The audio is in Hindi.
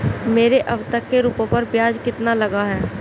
मेरे अब तक के रुपयों पर ब्याज कितना लगा है?